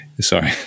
sorry